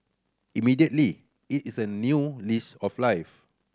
immediately it is a new lease of life